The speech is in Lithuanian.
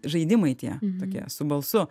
žaidimai tie tokie su balsu